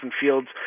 Fields